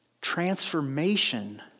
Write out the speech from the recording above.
transformation